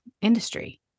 industry